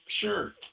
Sure